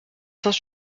saint